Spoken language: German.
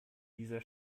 dieser